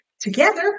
Together